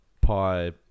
pi